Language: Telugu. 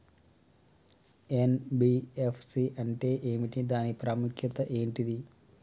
ఎన్.బి.ఎఫ్.సి అంటే ఏమిటి దాని ప్రాముఖ్యత ఏంటిది?